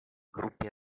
gruppi